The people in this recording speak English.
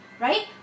right